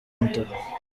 umutaka